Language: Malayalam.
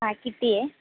ആ കിട്ടിയേ